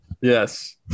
yes